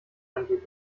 angeblich